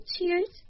Cheers